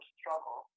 struggle